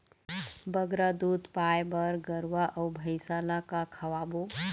बगरा दूध पाए बर गरवा अऊ भैंसा ला का खवाबो?